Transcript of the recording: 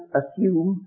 assume